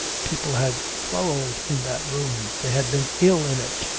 people had quarrelled in that room they had been ill in it,